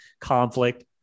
conflict